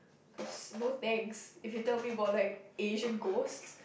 cause no thanks if you tell me about like Asian ghost